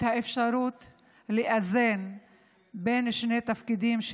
את האפשרות לאזן בין שני התפקידים,